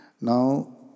Now